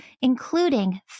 including